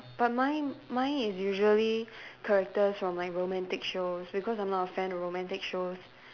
but mine mine is usually characters from like romantic shows because I'm not a fan of romantic shows